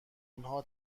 آنها